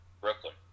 Brooklyn